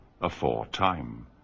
aforetime